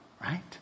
right